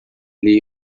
lhe